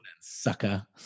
Sucker